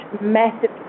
massive